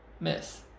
miss